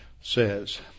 says